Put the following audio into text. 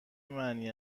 معنی